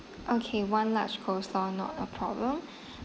okay one large coleslaw not a problem